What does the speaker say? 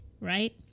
right